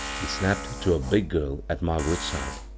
he snapped to a big girl at margaret's side.